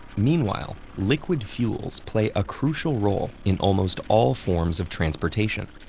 meanwhile, liquid fuels play a crucial role in almost all forms of transportation.